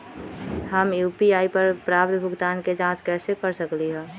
हम यू.पी.आई पर प्राप्त भुगतान के जाँच कैसे कर सकली ह?